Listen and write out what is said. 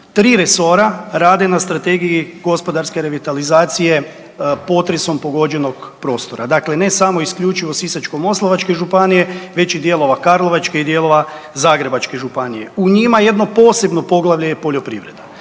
tri resora rade na strategiji gospodarske revitalizacije potresom pogođenog prostora, dakle ne samo i isključivo Sisačko-moslavačke županije već i dijelova Karlovačke i dijelova Zagrebačke županije. U njima jedno posebno poglavlje je poljoprivreda.